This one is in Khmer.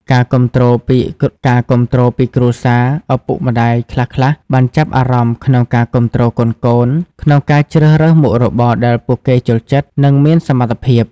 ការគាំទ្រពីគ្រួសារឪពុកម្ដាយខ្លះៗបានចាប់អារម្មណ៍ក្នុងការគាំទ្រកូនៗក្នុងការជ្រើសរើសមុខរបរដែលពួកគេចូលចិត្ត និងមានសមត្ថភាព។